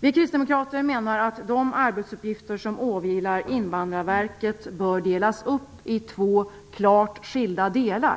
Vi kristdemokrater menar att de arbetsuppgifter som åvilar Invandrarverket bör delas upp i två klart skilda delar,